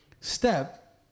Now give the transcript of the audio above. step